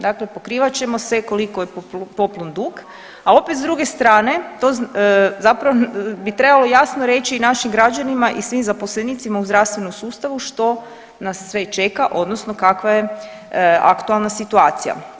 Dakle, pokrivat ćemo se koliko je poplun dug, a opet s druge strane to, zapravo bi trebalo jasno reći i našim građanima i svim zaposlenicima u zdravstvenom sustavu što nas sve čeka odnosno kakva je aktualna situacija.